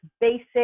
basic